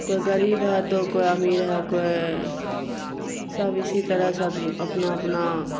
کوئی غریب ہے تو کوئی امیر ہے کوئی سب اسی طرح سب اپنا اپنا